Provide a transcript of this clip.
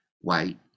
white